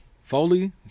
Foley